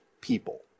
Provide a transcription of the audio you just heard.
people